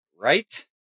Right